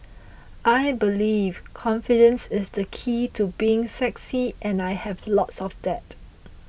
I believe confidence is the key to being sexy and I have loads of that